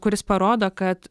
kuris parodo kad